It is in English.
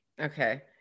Okay